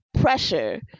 pressure